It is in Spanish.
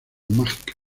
mágicas